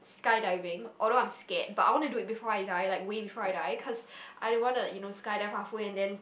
skydiving although I am scared but I want to do it before I die like way before I die cause I don't want the you know skydive half way and then